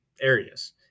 areas